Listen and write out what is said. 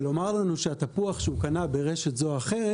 ולומר לנו שהתפוח שהוא קנה ברשת זו או אחרת